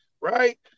Right